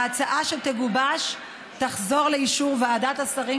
ההצעה שתגובש תחזור לאישור ועדת השרים